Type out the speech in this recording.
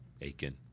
Aiken